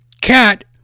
Cat